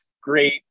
great